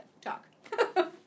talk